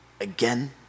again